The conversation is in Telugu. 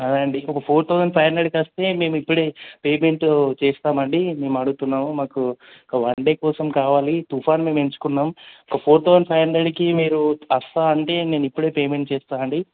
అదే అండి ఒక ఫోర్ థౌజండ్ ఫైవ్ హండ్రెడ్కి వస్తే మేము ఇప్పుడే పేమెంటు చేస్తాము అండి మేము అడుగుతున్నాము మాకు ఒక వన్ డే కోసం కావాలి తుఫాన్ మేము ఏంచుకున్నాము ఒక ఫోర్ థౌజండ్ ఫైవ్ హండ్రెడ్కి మీరు వస్తాయి అంటే నేను ఇప్పుడే పేమెంట్ చేస్తాను అండి